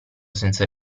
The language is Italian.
senza